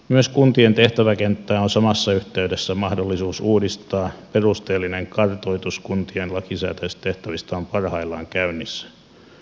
myös kuntien tehtäväkenttää on samassa yhteydessä mahdollisuus uudistaa perusteellinen kartoitus kuntien lakisääteisistä tehtävistä on parhaillaan käynnissä